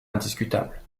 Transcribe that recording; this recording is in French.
indiscutable